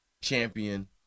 champion